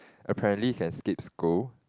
apparently you can skip school